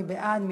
מי בעד?